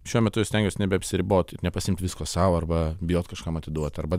šiuo metu stengiuos nebeapsiribot ir nepasiimt visko sau arba bijot kažkam atiduot arba